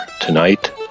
tonight